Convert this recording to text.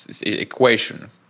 equation